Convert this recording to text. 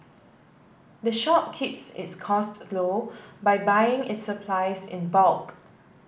the shop keeps its cost low by buying its supplies in bulk